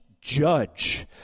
judge